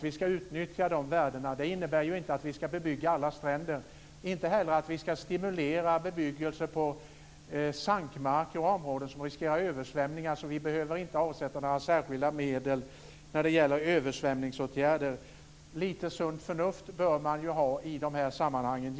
Vi ska utnyttja dessa värden. Det innebär inte att vi ska bebygga alla stränder. Det innebär inte heller att vi ska stimulera bebyggelse på sankmarker och områden som riskerar att översvämmas. Vi behöver inte avsätta några särskilda medel till översvämningsåtgärder. Man bör givetvis ha lite sunt förnuft i de här sammanhangen.